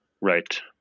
Right